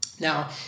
Now